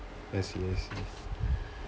I see I see